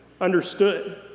understood